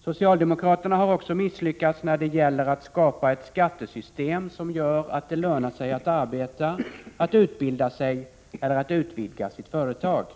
Socialdemokraterna har också misslyckats när det gäller att skapa ett skattesystem som gör att det lönar sig att arbeta, att utbilda sig eller att utvidga sitt företag.